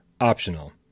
optional